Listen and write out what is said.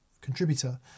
contributor